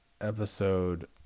episode